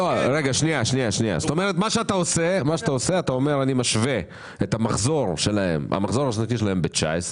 אתה אומר שאתה משווה את המחזור השנתי שלהם בשנת